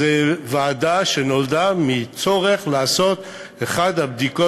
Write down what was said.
זו ועדה שנולדה מצורך לעשות את אחת הבדיקות